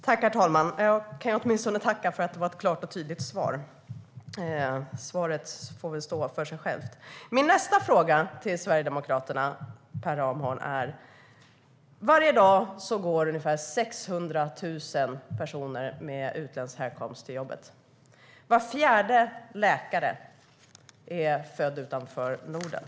Herr talman! Jag kan åtminstone tacka för ett klart och tydligt svar. Svaret får väl stå för sig självt. Min nästa fråga till Sverigedemokraterna, Per Ramhorn, handlar om att ungefär 600 000 med utländsk härkomst går till jobbet varje dag. Var fjärde läkare är född utanför Norden.